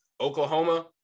Oklahoma